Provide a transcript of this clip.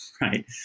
right